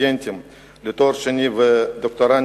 סטודנטים לתואר שני ודוקטורנטים